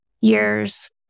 years